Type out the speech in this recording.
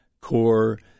core